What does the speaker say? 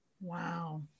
Wow